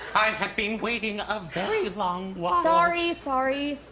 i have been waiting a very long while. sorry, sorry!